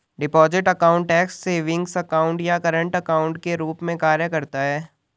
deposit account tax savings account या current account के रूप में कार्य करता है